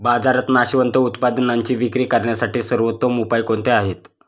बाजारात नाशवंत उत्पादनांची विक्री करण्यासाठी सर्वोत्तम उपाय कोणते आहेत?